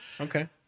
Okay